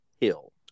Hill